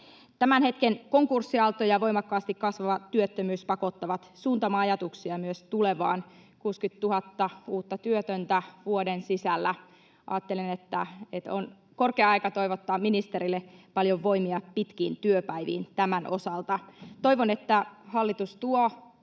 Tämän hetken konkurssiaalto ja voimakkaasti kasvava työttömyys pakottavat suuntaamaan ajatuksia myös tulevaan. 60 000 uutta työtöntä vuoden sisällä — ajattelen, että on korkea aika toivottaa ministerille paljon voimia pitkiin työpäiviin tämän osalta. Toivon, että hallitus tuo